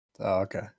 Okay